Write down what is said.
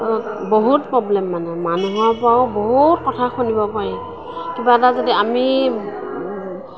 বহুত পবলেম মানে মানুহৰ পৰাও বহুত কথা শুনিব পাৰি কিবা এটা যদি আমি